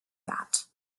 that